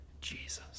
Jesus